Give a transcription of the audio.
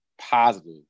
positive